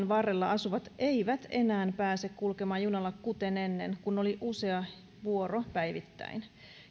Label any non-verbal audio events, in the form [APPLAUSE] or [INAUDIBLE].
[UNINTELLIGIBLE] varrella asuvat eivät enää pääse kulkemaan junalla kuten ennen kun oli usea vuoro päivittäin